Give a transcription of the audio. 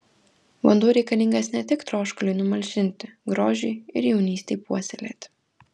vanduo reikalingas ne tik troškuliui numalšinti grožiui ir jaunystei puoselėti